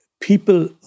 people